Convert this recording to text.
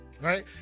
right